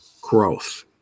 growth